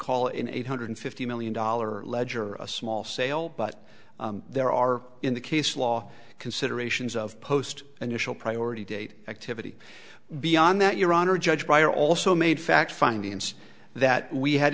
call in eight hundred fifty million dollars ledger a small sale but there are in the case law considerations of post an initial priority date activity beyond that your honor judge buyer also made fact findings that we had